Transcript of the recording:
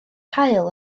haul